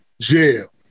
jail